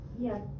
Yes